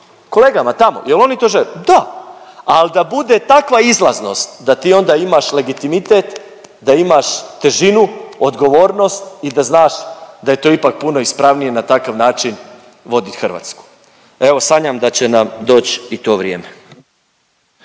kolegama tamo jel oni to žele? Da. Al da bude takva izlaznost da ti onda imaš legitimitet, da imaš težinu, odgovornost i da znaš da je to ipak puno ispravnije na takav način vodit Hrvatsku. Evo sanjam da će nam doć i to vrijeme.